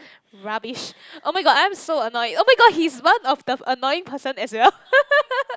rubbish oh-my-god I am so annoyed oh-my-god he is one of the annoying person as well